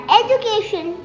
education